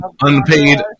unpaid